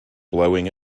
blowing